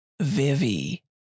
Vivi